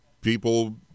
people